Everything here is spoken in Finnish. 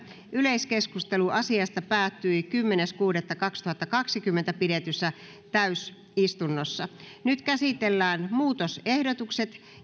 yleiskeskustelu asiasta päättyi kymmenes kuudetta kaksituhattakaksikymmentä pidetyssä täysistunnossa nyt käsitellään muutosehdotukset